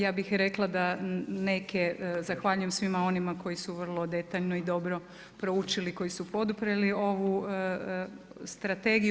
Ja bih rekla da neke, zahvaljujem svima onima koji su vrlo detaljno i dobro proučili koji su poduprli ovu strategiju.